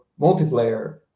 multiplayer